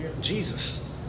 Jesus